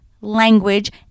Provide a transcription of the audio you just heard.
language